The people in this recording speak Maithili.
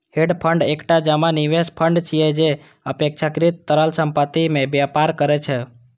हेज फंड एकटा जमा निवेश फंड छियै, जे अपेक्षाकृत तरल संपत्ति मे व्यापार करै छै